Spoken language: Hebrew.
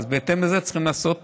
וצריך לעשות